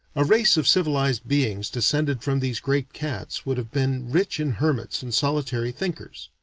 a race of civilized beings descended from these great cats would have been rich in hermits and solitary thinkers.